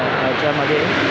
याच्यामध्ये